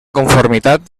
conformitat